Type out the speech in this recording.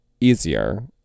easier